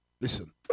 listen